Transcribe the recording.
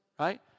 Right